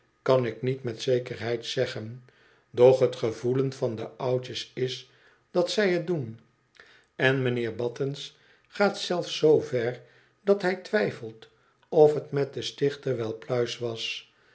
kan ik niet niet zekerheid zeggen doch t gevoelen van de oudjes is dat zij t doen en m'nheer battens gaat zelfs zoo ver dat hij twijfelt of t met den stichter wel pluis was